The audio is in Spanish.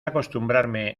acostumbrarme